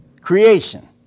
Creation